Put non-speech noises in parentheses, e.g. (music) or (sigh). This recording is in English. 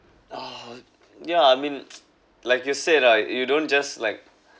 (noise) yeah I mean (noise) like you said ah you don't just like